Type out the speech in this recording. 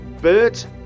Bert